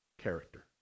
character